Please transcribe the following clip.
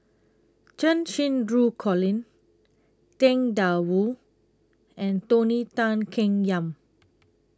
Cheng Xinru Colin Tang DA Wu and Tony Tan Keng Yam